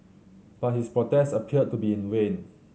but his protest appeared to be in vain